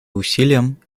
усилиям